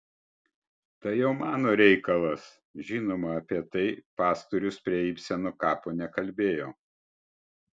tai jau mano reikalas žinoma apie tai pastorius prie ibseno kapo nekalbėjo